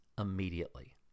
immediately